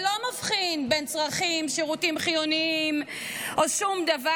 שלא מבחין בין צרכים, שירותים חיוניים או שום דבר.